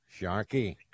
Sharky